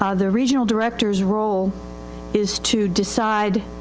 ah the regional directoris role is to decide